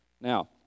Now